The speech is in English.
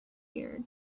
year